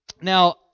Now